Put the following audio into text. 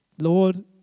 Lord